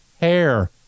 hair